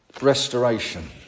Restoration